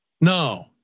No